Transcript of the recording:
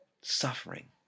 suffering